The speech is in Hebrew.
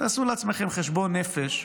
תעשו לעצמכם חשבון נפש,